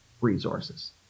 Resources